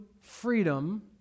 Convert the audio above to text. freedom